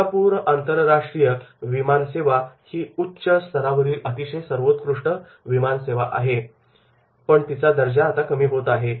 Singapore आंतरराष्ट्रीय विमानसेवा ही उच्च स्तरावरील अतिशय सर्वोत्कृष्ट विमानसेवा आहे पण तिचा दर्जा आता कमी होत आहे